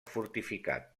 fortificat